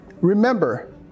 Remember